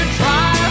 try